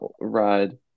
ride